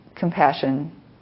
compassion